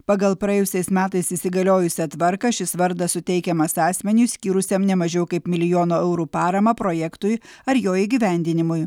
pagal praėjusiais metais įsigaliojusią tvarką šis vardas suteikiamas asmeniui skyrusiam ne mažiau kaip milijono eurų paramą projektui ar jo įgyvendinimui